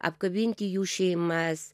apkabinti jų šeimas